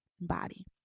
body